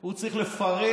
הוא צריך לפרש,